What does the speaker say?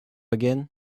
again